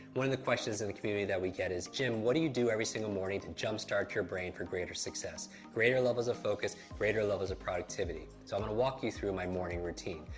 one of the questions in the community that we get is, jim, what do you do every single morning to jump-start your brain for greater success, greater levels of focus, greater levels of productivity? so, i'm going to walk you through my morning routine.